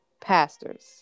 pastors